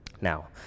Now